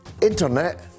internet